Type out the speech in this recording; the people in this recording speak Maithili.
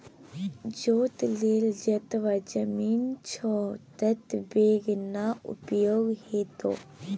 जोत लेल जतबा जमीन छौ ततबेक न उपयोग हेतौ